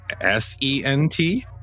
S-E-N-T